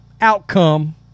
outcome